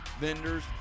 vendors